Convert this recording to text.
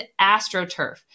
astroturf